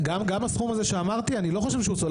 גם הסכום הזה שאמרתי אני לא חושב שהוא ---,